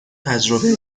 تجربه